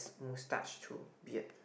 moustache too beard